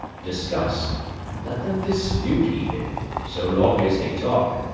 discuss let them dispute even, so long as they talk,